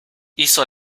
hizo